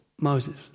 Moses